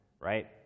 right